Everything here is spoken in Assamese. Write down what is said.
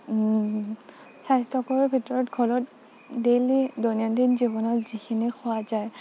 স্বাস্থ্যকৰৰ ভিতৰত ঘৰত ডেইলি দৈনন্দিন জীৱনত যিখিনি খোৱা যায়